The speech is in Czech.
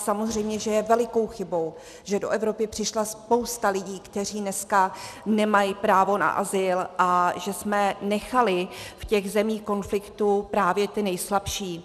Samozřejmě že je velikou chybou, že do Evropy přišla spousta lidí, kteří dneska nemají právo na azyl, a že jsme nechali v těch zemích konfliktu právě ty nejslabší.